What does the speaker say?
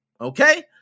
Okay